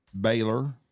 Baylor